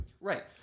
Right